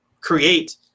create